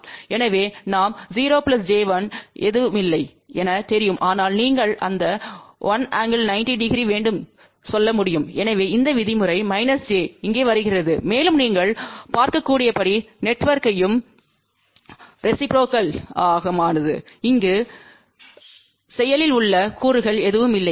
எனவே நாம் 0 J 1 ஏதுமில்லை என தெரியும் ஆனால் நீங்கள் அந்த 1∠90 0வேண்டும் சொல்ல முடியும் எனவே இந்த விதிமுறை j இங்கே வருகிறது மேலும் நீங்கள் பார்க்கக்கூடியபடி நெட்ஒர்க்யம் ரெசிப்ரோக்கல்மானது இங்கு செயலில் உள்ள கூறுகள் எதுவும் இல்லை